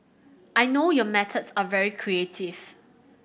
I know your methods are very creative